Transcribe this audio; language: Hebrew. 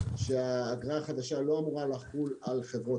שהאגרה החדשה לא אמורה לחול על חברות